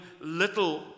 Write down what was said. little